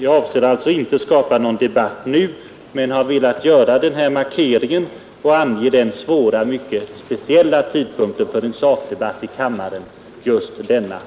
Jag avser alltså inte att skapa någon debatt nu men har velat göra denna markering och ange den svåra, mycket speciella tidpunkten för en sakdebatt i kammaren just denna